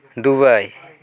Dubai